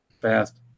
fast